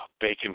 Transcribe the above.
Bacon